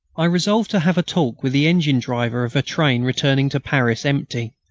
i resolved to have a talk with the engine-driver of a train returning to paris empty.